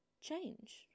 change